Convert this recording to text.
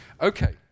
Okay